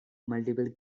multiple